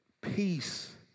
Peace